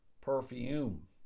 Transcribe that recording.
perfume